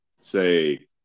say